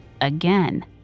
again